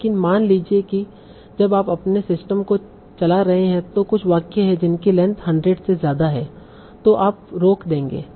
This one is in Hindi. लेकिन मान लीजिए जब आप अपने सिस्टम को चला रहे हैं तो कुछ वाक्य है जिनकी लेंथ 100 से ज्यादा है तों आप रोक देंगे